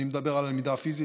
אני מדבר על הלמידה הפיזית,